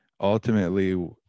ultimately